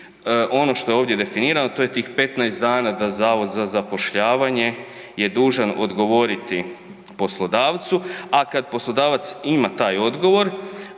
ono što je ovdje definirano, to je tih 15 dana da Zavod za zapošljavanje je dužan odgovoriti poslodavcu a kad poslodavac ima taj odgovor,